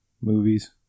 movies